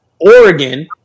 Oregon